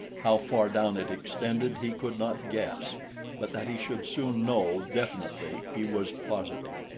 how far down it extended he could not guess but that he should soon know definitely he was positive.